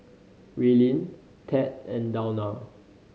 Raelynn Tad and Dawna